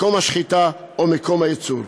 מקום השחיטה או מקום הייצור.